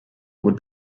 would